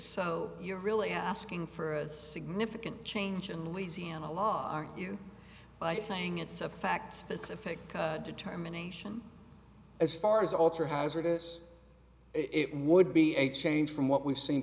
so you're really asking for a significant change in louisiana law are you by saying it's a fact pacific determination as far as alter hazardous it would be a change from what we've seen